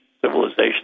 civilization